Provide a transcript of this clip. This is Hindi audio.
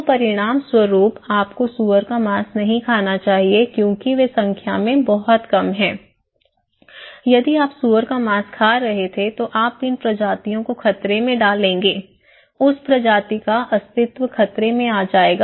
तो परिणामस्वरूप आपको सूअर का मांस नहीं खाना चाहिए क्योंकि वे संख्या में बहुत कम हैं यदि आप सूअर का मांस खा रहे थे तो आप इन प्रजातियों को खतरे में डालेंगे उस प्रजाति का अस्तित्व खतरे में आ जाएगा